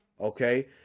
okay